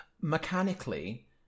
Mechanically